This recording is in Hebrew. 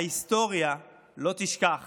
ההיסטוריה לא תשכח